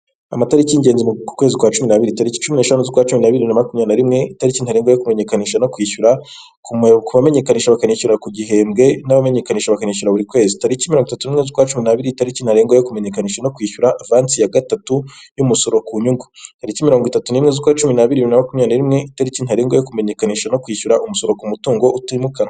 Amatari y'ingenzi mu kwezi kwa cumi n'abiri .Tariki cumi n'eshanu z' ukwa cumi na bibiri na makumyabiri n'imwe itariki ntarengwa yo kumenyekanisha no kwishyura . Kubamenyekanishije bakanishyura ku gihembwe n'abamenyekanisha bakanishyura buri kwezi. Tariki mirongo itatu n'imwe z'ukwa cumi n'abiri bibiri na makumyabiri na rimwe, itariki ntarengwa yo kumenyekanisha no kwishyura vansi ya gatatu y'umusoro ku nyungu . Tariki mirongo itatu n'imwe z'ukwa cumi n'abiri bibiri namakumyabiri na rimwe, itariki ntarengwa yo kumenyekanisha no kwishyura umusoro ku mutungo utimukanwa.